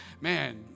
man